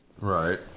Right